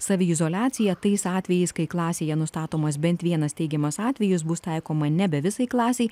saviizoliacija tais atvejais kai klasėje nustatomas bent vienas teigiamas atvejis bus taikoma nebe visai klasei